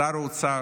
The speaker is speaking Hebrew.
שר האוצר,